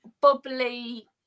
bubbly